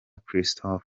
christophe